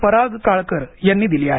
पराग काळकर यांनी दिली आहे